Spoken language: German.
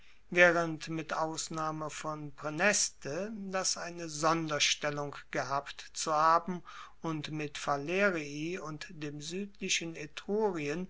waehrend mit ausnahme von praeneste das eine sonderstellung gehabt zu haben und mit falerii und dem suedlichen